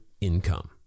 income